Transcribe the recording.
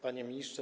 Panie Ministrze!